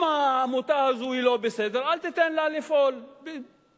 אם העמותה לא בסדר, אל תיתן לה לפעול בכלל.